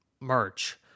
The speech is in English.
merch